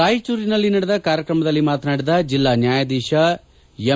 ರಾಯಚೂರಿನಲ್ಲಿ ನಡೆದ ಕಾರ್ಯಕ್ರಮದಲ್ಲಿ ಮಾತನಾಡಿದ ಜಿಲ್ಲಾ ನ್ಯಾಯಾಧೀತ ಎಂ